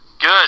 good